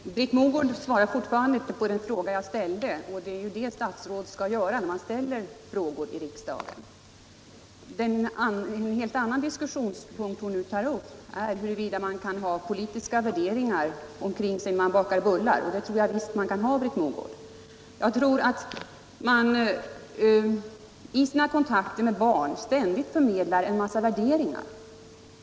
Herr talman! Britt Mogård svarar fortfarande inte på den fråga som ställdes — och det är ju det ett statsråd skall göra när man ställer frågor i riksdagen. En annan diskussionspunkt som Britt Mogård nu tar upp är huruvida man kan omge sig med politiska värderingar när man bakar bullar. Det tror jag visst man kan. Jag tror att vi i våra kontakter med barn ständigt förmedlar en massa värderingar.